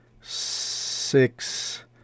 six